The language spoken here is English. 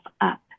up